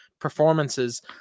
performances